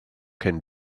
can